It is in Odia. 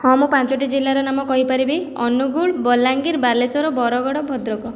ହଁ ମୁଁ ପାଞ୍ଚୋଟି ଜିଲ୍ଲାର ନାମ କହିପାରିବି ଅନୁଗୁଳ ବଲାଙ୍ଗୀର ବାଲେଶ୍ଵର ବରଗଡ଼ ଭଦ୍ରକ